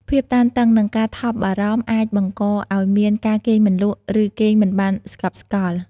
ភាពតានតឹង និងការថប់បារម្ភអាចបង្កឲ្យមាន ការគេងមិនលក់ ឬគេងមិនបានស្កប់ស្កល់។